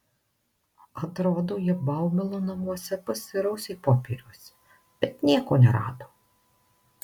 atrodo jie baumilo namuose pasirausė popieriuose bet nieko nerado